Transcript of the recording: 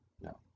No